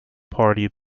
party